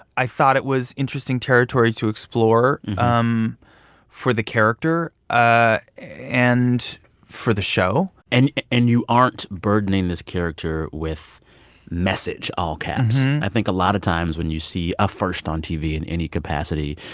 i thought it was interesting territory to explore um for the character ah and for the show and and you aren't burdening this character with message, all caps. i think a lot of times when you see a first on tv in any capacity,